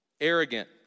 Arrogant